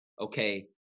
okay